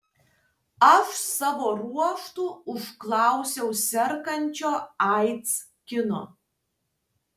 aš savo ruožtu užklausiau sergančio aids kino